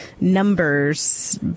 numbers